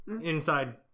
inside